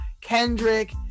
Kendrick